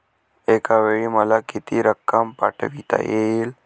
एकावेळी मला किती रक्कम पाठविता येईल?